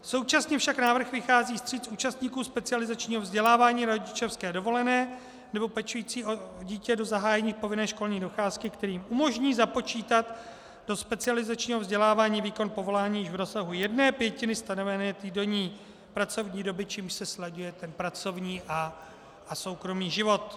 Současně však návrh vychází vstříc účastníkům specializačního vzdělávání na rodičovské dovolené nebo pečující o dítě do zahájení povinné školní docházky, který umožní započítat do specializačního vzdělávání výkon povolání v rozsahu jedné pětiny stanovené týdenní pracovní doby, čímž se slaďuje pracovní a soukromý život.